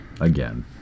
again